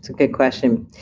and good question.